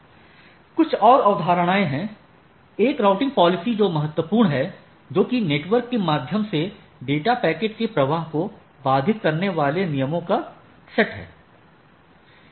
कुछ और अवधारणाएं हैं एक राउटिंग पॉलिसी जो महत्वपूर्ण है जोकि नेटवर्क के माध्यम से डेटा पैकेट के प्रवाह को बाधित करने वाले नियमों का सेट है